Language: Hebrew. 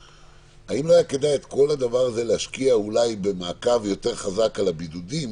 האם היה כדאי להשקיע את כל זה במעקב חזק יותר על הבידודים